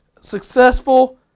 successful